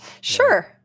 Sure